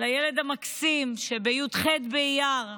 לילד המקסים שנפל בי"ח באייר,